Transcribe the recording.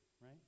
right